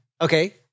Okay